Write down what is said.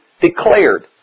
declared